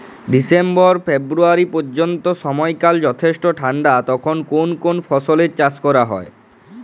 December February পর্যন্ত সময়কাল যথেষ্ট ঠান্ডা তখন কোন কোন ফসলের চাষ করা হয়?